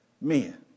men